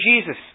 Jesus